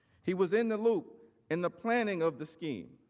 he was in the loop in the planning of the scheme.